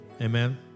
Amen